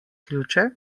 ključe